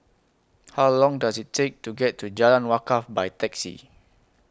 How Long Does IT Take to get to Jalan Wakaff By Taxi